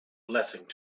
blessing